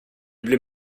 blir